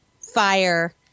fire